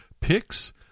picks